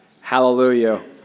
hallelujah